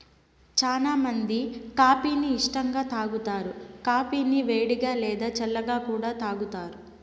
చానా మంది కాఫీ ని ఇష్టంగా తాగుతారు, కాఫీని వేడిగా, లేదా చల్లగా కూడా తాగుతారు